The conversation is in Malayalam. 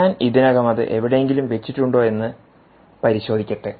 ഞാൻ ഇതിനകം അത് എവിടെയെങ്കിലും വെച്ചിട്ടുണ്ടോ എന്ന് പരിശോധിക്കട്ടെ